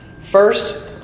First